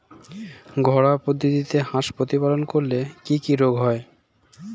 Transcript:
ঘরোয়া পদ্ধতিতে হাঁস প্রতিপালন করলে কি কি রোগ হয়?